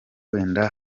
wenda